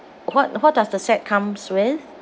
what what does the set comes with